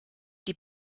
die